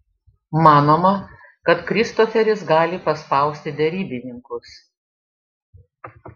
manoma kad kristoferis gali paspausti derybininkus